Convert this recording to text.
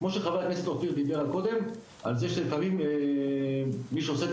כמו שחבר הכנסת אופיר דיבר קודם על זה שלפעמים מי שעושה את